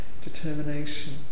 determination